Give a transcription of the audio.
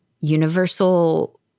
universal